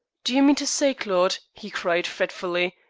do you mean to say, claude, he cried, fretfully,